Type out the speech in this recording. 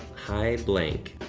hi, blank,